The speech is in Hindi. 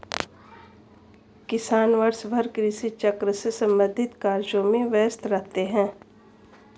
किसान वर्षभर कृषि चक्र से संबंधित कार्यों में व्यस्त रहते हैं